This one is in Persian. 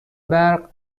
برق